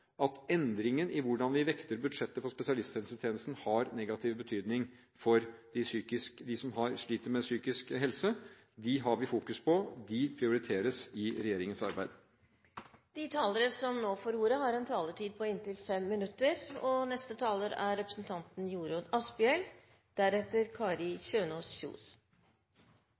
at endringen i hvordan vi vekter budsjettet for spesialisthelsetjenesten har negativ betydning for dem som sliter med psykiske problemer. Dem har vi fokus på. De prioriteres i regjeringens arbeid. Det er et viktig tema interpellanten tar opp i sin interpellasjon. Mange voksne og